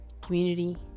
community